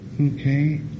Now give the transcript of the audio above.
okay